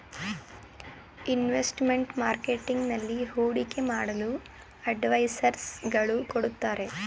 investment marketing ನಲ್ಲಿ ಹೂಡಿಕೆ ಮಾಡಲು ಅಡ್ವೈಸರ್ಸ್ ಗಳು ಕೊಡುತ್ತಾರೆ